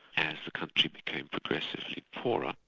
as the country became progressively poorer.